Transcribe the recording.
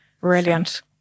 Brilliant